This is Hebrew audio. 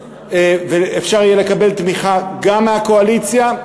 ואפשר יהיה לקבל תמיכה גם מהקואליציה,